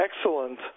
Excellent